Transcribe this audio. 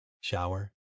shower